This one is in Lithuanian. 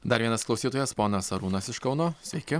dar vienas klausytojas ponas arūnas iš kauno sveiki